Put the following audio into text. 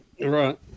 right